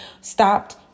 stopped